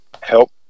help